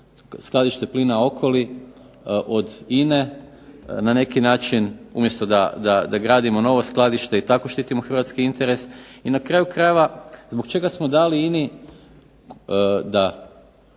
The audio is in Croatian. skladište plina Okoli od INA-e na neki način umjesto da gradimo novo skladište i tako štitimo Hrvatski interes, i na kraju krajeva zbog čega smo dali INA-i da